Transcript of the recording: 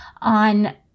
on